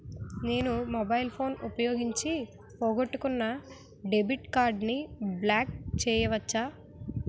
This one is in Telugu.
నేను మొబైల్ ఫోన్ ఉపయోగించి పోగొట్టుకున్న డెబిట్ కార్డ్ని బ్లాక్ చేయవచ్చా?